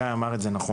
גיא אמר את זה נכון,